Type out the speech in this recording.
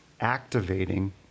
activating